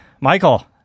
Michael